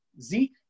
Zeke